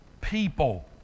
people